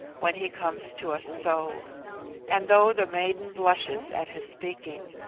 when he comes to us so and though the maiden blushes at his speaking,